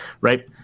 right